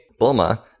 Bulma